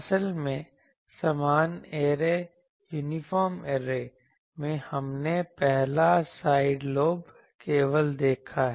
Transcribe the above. असल में समान ऐरे में हमने पहला साइड लोब लेवल देखा है